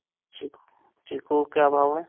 चीकू चीकू के क्या भाव हैं